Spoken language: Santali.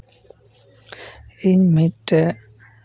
ᱤᱧ ᱢᱤᱫᱴᱮᱡ